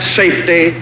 safety